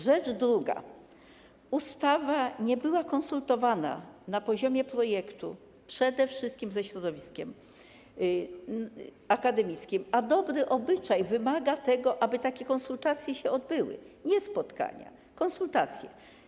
Rzecz druga: ustawa nie była konsultowana na poziomie projektu przede wszystkim ze środowiskiem akademickim, a dobry obyczaj wymaga tego, aby takie konsultacje się odbyły, nie spotkania, ale konsultacje.